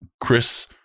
Chris